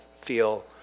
feel